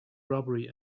robbery